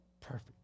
Perfect